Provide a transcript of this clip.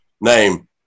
name